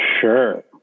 Sure